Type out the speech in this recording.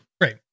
Right